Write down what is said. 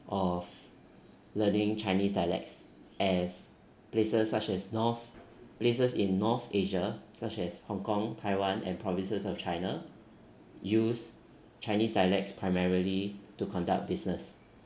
of learning chinese dialects as places such as north places in north asia such as hong kong taiwan and provinces of china use chinese dialects primarily to conduct business